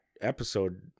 episode